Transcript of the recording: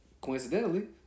coincidentally